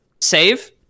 Save